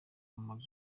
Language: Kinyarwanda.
amagambo